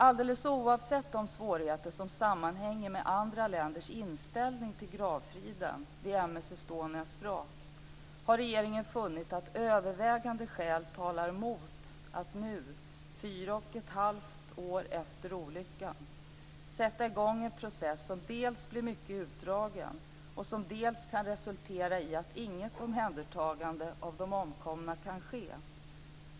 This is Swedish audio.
Alldeles oavsett de svårigheter som sammanhänger med andra länders inställning till gravfriden vid M/S Estonias vrak har regeringen funnit att övervägande skäl talar emot att nu, fyra och ett halvt år efter olyckan, sätta i gång en process som dels blir mycket utdragen och som dels kan resultera i att inget omhändertagande av de omkomna kan ske.